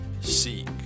Seek